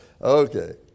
Okay